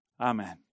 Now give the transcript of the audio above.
Amen